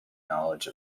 knowledge